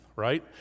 Right